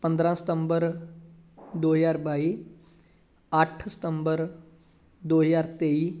ਪੰਦਰਾਂ ਸਤੰਬਰ ਦੋ ਹਜ਼ਾਰ ਬਾਈ ਅੱਠ ਸਤੰਬਰ ਦੋ ਹਜ਼ਾਰ ਤੇਈ